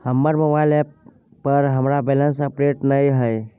हमर mobile app पर हमरा बैलेंस अपडेट नय हय